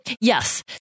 yes